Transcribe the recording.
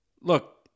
look